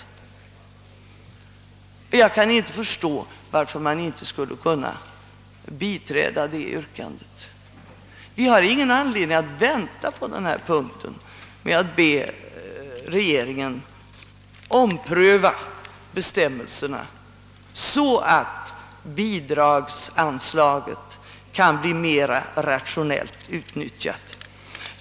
Jag kan inte förstå varför man inte skulle kunna biträda detta förslag. Vi har ingen anledning att vänta på denna punkt, och jag vädjar därför till regeringen att ompröva bestämmelserna, så att anslaget kan bli mera rationellt utnyttjat.